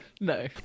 No